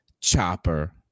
chopper